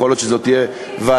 יכול להיות שזו תהיה ועדה,